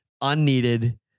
unneeded